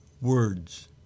words